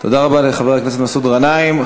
תודה רבה לחבר הכנסת מסעוד גנאים.